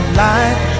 light